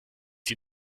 die